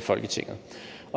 Folketinget.